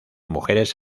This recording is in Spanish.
mujeres